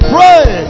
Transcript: Pray